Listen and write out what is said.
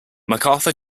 macarthur